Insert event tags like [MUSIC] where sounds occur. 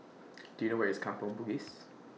[NOISE] Do YOU know Where IS Kampong Bugis